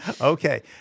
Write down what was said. Okay